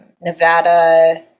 nevada